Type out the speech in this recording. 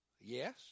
Yes